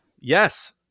yes